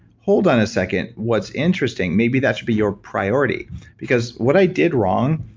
hold on a second. what's interesting. maybe that should be your priority because what i did wrong,